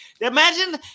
imagine